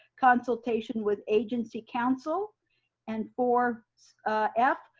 consultation with agency counsel and four f,